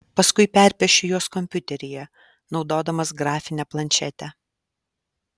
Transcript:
paskui perpiešiu juos kompiuteryje naudodamas grafinę planšetę